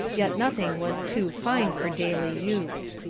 yet nothing was too fine for daily use.